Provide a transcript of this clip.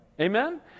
Amen